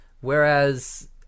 Whereas